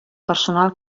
personal